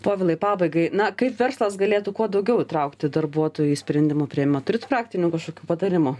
povilai pabaigai na kaip verslas galėtų kuo daugiau įtraukti darbuotojų į sprendimų priėmimą turit praktinių kažkokių patarimų